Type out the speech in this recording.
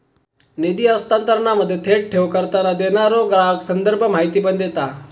निधी हस्तांतरणामध्ये, थेट ठेव करताना, देणारो ग्राहक संदर्भ माहिती पण देता